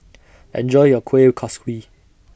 Enjoy your Kueh Kaswi